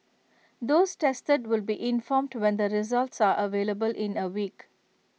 those tested will be informed to when the results are available in A week